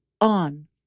on